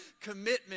commitment